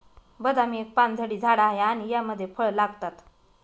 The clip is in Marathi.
बदाम एक पानझडी झाड आहे आणि यामध्ये फळ लागतात